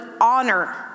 honor